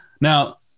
Now